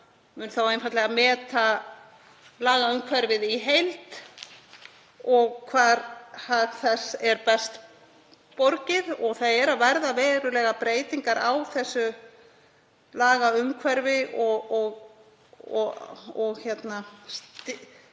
mun einfaldlega meta lagaumhverfið í heild og hvar hag þess er best borgið. Það eru að verða verulegar breytingar á því lagaumhverfi og kerfi sem